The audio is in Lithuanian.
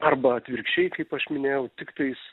arba atvirkščiai kaip aš minėjau tiktais